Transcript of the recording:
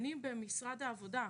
אני במשרד העבודה.